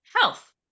health